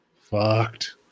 fucked